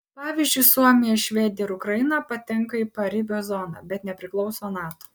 pavyzdžiui suomija švedija ir ukraina patenka į paribio zoną bet nepriklauso nato